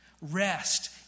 Rest